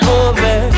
over